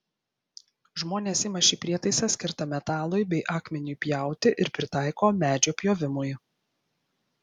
žmonės ima šį prietaisą skirtą metalui bei akmeniui pjauti ir pritaiko medžio pjovimui